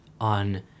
on